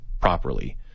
properly